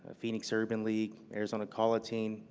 ah phoenix urban league, arizona call-a-teen,